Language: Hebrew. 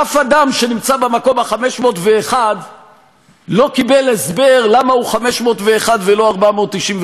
אף אדם שנמצא במקום ה-501 לא קיבל הסבר למה הוא 501 ולא 499,